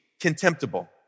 contemptible